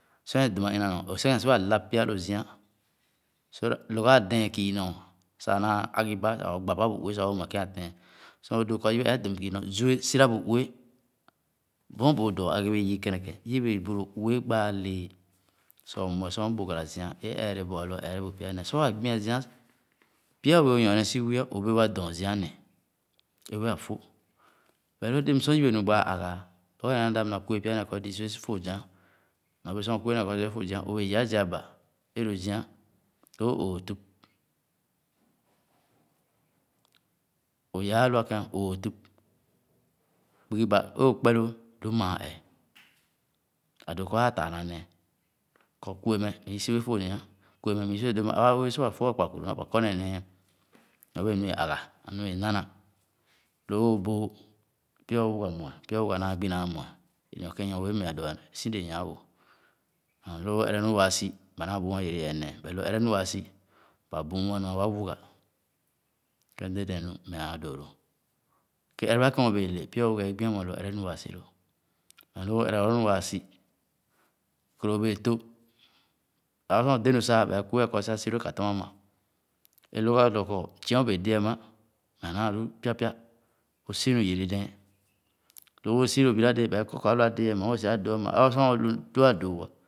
Sor é dum’ā ina nɔ o’sikēn si’a lāp pya lō zia, so that, lōkɔ a’dɛ̄n kü nɔɔ sah ā āān aglu ba or gbàbà bu ue sah o’mue kēn o’tɛɛn. Sah o dōō kɔ yihe ɛ̄ɛ̄ a’dum kii nɔɔ, zu’ē sira bu ue. Sor bòò dɔɔ ā èbèè yii keneken, yibe bu lō ue gbaa lee sah o’mue sor o’bugara zia é ere bu a’loā ere bu pya nèè. Sor waa gbi’a zia, pya a’bèè nyɔrne si wii ā, o’bèè wa dɔɔn zia neh, é wēē a’fōh. But lōō déé sor yibe nu gbaa āgha’alɔgɔ néé naa dāb na kue pya nèè kɔ do’i si wéé foh zia. Nyorbéé sor o’kue néé kɔ a’lu wēē foh zia, i’béé yaa zii aba élo zia lòò òòhtüp. o’yaa alo’o ken, òòh tüp, kpugi ba, é ’o kpɛlōō lu maa ɛɛ, a’dòò kɔ aa taanà néé kɔ kue mēh mèh isi wēē foh zia, kue mēh méh isi wēē doo’ma, aba wēē si’e foh akpukuru nɔ ba kɔ ne néé ā. nɔ béě nu é agha, nu é na āh O’ōō bòò pya o’wuga mue, pya o’wuga naa gbi naa mue é nyor kēn nyor-ue mea do asi dèè nya-wò and lō oo ere nu waa si ba naa büün ā yere yɛɛ néé but lō o’ere nu waa si ba büün ā nua wa wuga. Kē dɛdɛn nu mea dōōlō. Ereba kēn o’bèè le pya o’wuga é gbi’a mue lō o’ere nu waa si lō. And lō ōō ere lɔgɔ nu waa si, kērè o’toh, ab’a sor o’dé nu sah, ba’e kuéā kɔ o’siu si lō ka tam amà é lō adōō kɔ zia i’bèè dè ania meh anaa lu pya-pya, osi nu yere dɛɛn. Lō ōō’si lō bira dèè ba kɔ̄ kɔ a’to’a déé meh o’si’a dōō, āma, aba sor ōō lu wēa dōō’ā